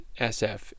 SF